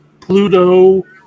pluto